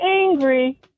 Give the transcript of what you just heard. angry